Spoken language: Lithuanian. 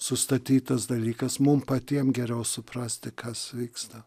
sustatytas dalykas mum patiem geriau suprasti kas vyksta